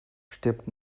stirbt